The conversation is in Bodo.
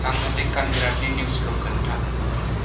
आंनो देक्कान हेरादनि निउसखौ खोन्था